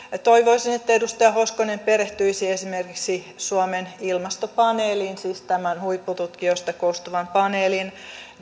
toivoisin että edustaja hoskonen perehtyisi esimerkiksi suomen ilmastopaneeliin siis huippututkijoista koostuvaan paneeliin